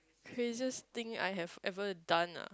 craziest thing I have ever done ah